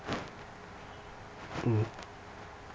mm